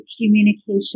communication